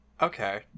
Okay